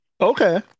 Okay